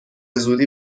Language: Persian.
زودی